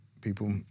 people